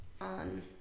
on